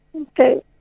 Okay